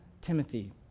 Timothy